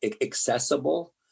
accessible